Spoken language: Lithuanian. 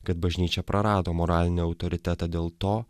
kad bažnyčia prarado moralinį autoritetą dėl to